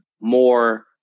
more